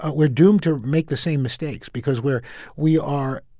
ah we're doomed to make the same mistakes because we're we are,